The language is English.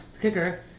kicker